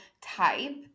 type